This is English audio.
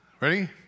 Ready